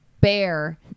bear